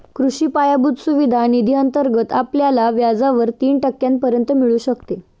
कृषी पायाभूत सुविधा निधी अंतर्गत आपल्याला व्याजावर तीन टक्क्यांपर्यंत मिळू शकते